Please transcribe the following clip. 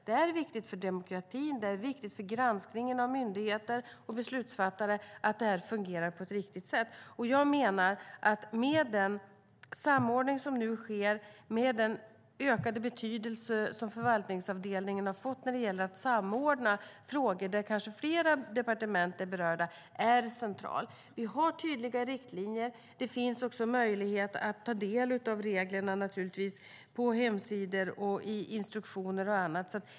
Det är viktigt för demokratin, och det är viktigt för granskningen av myndigheter och beslutsfattare att det här fungerar på ett riktigt sätt. Jag menar att den samordning som nu sker och den ökade betydelse förvaltningsavdelningen har fått när det gäller att samordna frågor där kanske flera departement är berörda är central. Vi har tydliga riktlinjer. Det finns naturligtvis också möjlighet att ta del av reglerna på hemsidor, i instruktioner och på annat sätt.